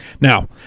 Now